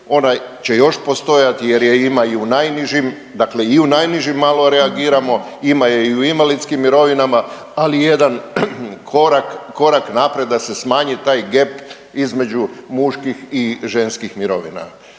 ona će još postojati jer je ima i u najnižim dakle i u najnižim malo reagiramo, ima je i u invalidskim mirovinama, ali jedan korak napred da se smanji taj gep između muških i ženskih mirovina.